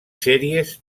sèries